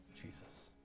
Jesus